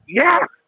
yes